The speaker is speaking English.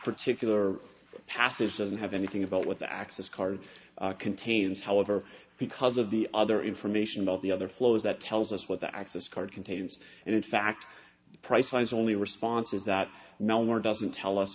particular passage doesn't have anything about what the access card contains however because of the other information about the other flows that tells us what the access card contains and in fact priceline is only responses that now or doesn't tell us